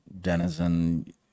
denizen